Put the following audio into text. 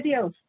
videos